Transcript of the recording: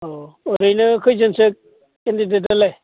अह ओरैनो खयजोनसो केन्डिडेडआलाय